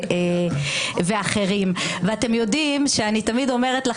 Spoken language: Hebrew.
עמדתם, עמדתם ככל הנראה נובעת גם